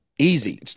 Easy